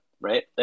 right